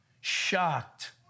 shocked